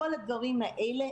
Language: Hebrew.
כתוצאה מכל הדברים האלה,